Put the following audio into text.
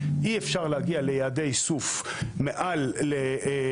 אי אפשר להגיע ליעדי מחזור מעל 50%,